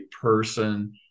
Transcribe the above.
person